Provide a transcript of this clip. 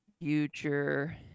Future